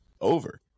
over